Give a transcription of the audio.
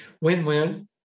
win-win